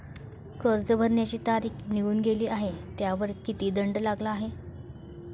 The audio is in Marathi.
कर्ज भरण्याची तारीख निघून गेली आहे त्यावर किती दंड लागला आहे?